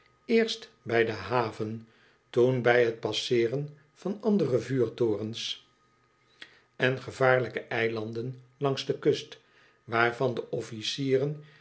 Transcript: eerst bij de haven toen bij het passeeren van andere vuurtorens en gevaarlijke eilanden langs de kust waarvan de officieren